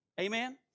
Amen